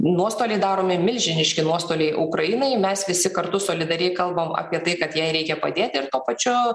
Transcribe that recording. nuostoliai daromi milžiniški nuostoliai ukrainai mes visi kartu solidariai kalbam apie tai kad jai reikia padėti ir tuo pačiu